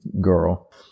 girl